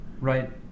Right